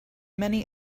many